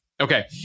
Okay